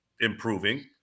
improving